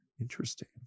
Interesting